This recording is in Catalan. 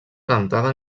cantada